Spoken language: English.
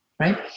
Right